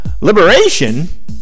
Liberation